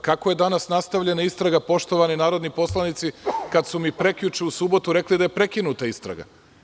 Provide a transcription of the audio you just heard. Kako je danas nastavljena istraga, poštovani narodni poslanici, kad su mi prekjuče, u subotu rekli da je prekinuta istraga?